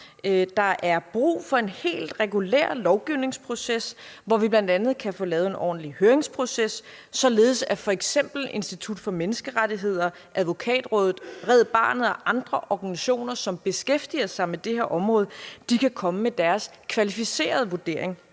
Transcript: Der er brug for en helt regulær lovgivningsproces, hvor vi bl.a. kan få lavet en ordentlig høringsproces, således at f.eks. Institut for Menneskerettigheder, Advokatrådet, Red Barnet og andre organisationer, som beskæftiger sig med det her område, kan komme med deres kvalificerede vurdering